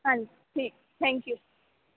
ਹਾਂਜੀ ਠੀਕ ਥੈਂਕਯੂ